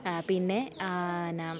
പിന്നെ ന്ന